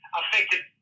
affected